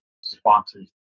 sponsors